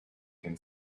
can